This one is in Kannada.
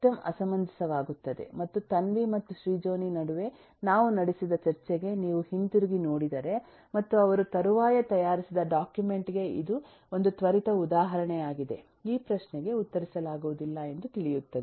ಸಿಸ್ಟಮ್ ಅಸಮಂಜಸವಾಗುತ್ತದೆ ಮತ್ತು ತನ್ವಿ ಮತ್ತು ಶ್ರೀಜೋನಿ ನಡುವೆ ನಾವು ನಡೆಸಿದ ಚರ್ಚೆಗೆ ನೀವು ಹಿಂತಿರುಗಿ ಹೋದರೆ ಮತ್ತು ಅವರು ತರುವಾಯ ತಯಾರಿಸಿದ ಡಾಕ್ಯುಮೆಂಟ್ ಗೆ ಇದು ಒಂದು ತ್ವರಿತ ಉದಾಹರಣೆಯಾಗಿದೆ ಈ ಪ್ರಶ್ನೆಗೆ ಉತ್ತರಿಸಲಾಗುವುದಿಲ್ಲ ಎಂದು ತಿಳಿಯುತ್ತದೆ